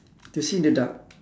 to see in the dark